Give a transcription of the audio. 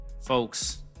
folks